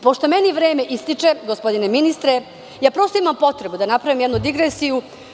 Pošto meni vreme ističe, gospodine ministre, imam potrebu da napravim jednu digresiju.